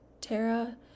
Tara